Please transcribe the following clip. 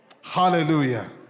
Hallelujah